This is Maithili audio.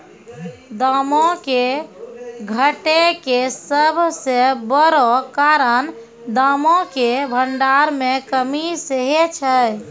दामो के घटै के सभ से बड़ो कारण दामो के भंडार मे कमी सेहे छै